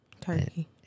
Turkey